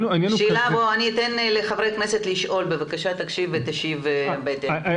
אתן לחברי כנסת לשאול, בבקשה תקשיב ותשיב בהתאם.